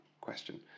question